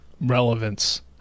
relevance